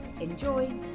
enjoy